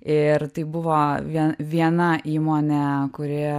ir tai buvo vie viena įmonė kuri